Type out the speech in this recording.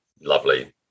lovely